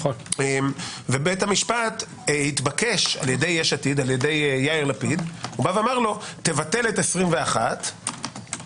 בית המשפט התבקש על ידי יאיר לפיד בטל את 21 ואז